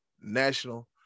national